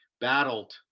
battled